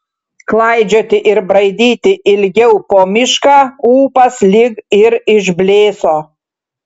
klaidžioti ir braidyti ilgiau po mišką ūpas lyg ir išblėso